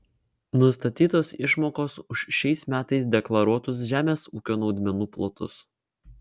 nustatytos išmokos už šiais metais deklaruotus žemės ūkio naudmenų plotus